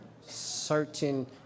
certain